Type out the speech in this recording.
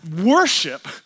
worship